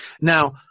now